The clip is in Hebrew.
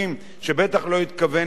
אם כך, טובים השלושה.